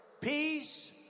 peace